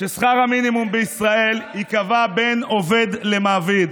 ששכר המינימום בישראל ייקבע בין עובד למעביד,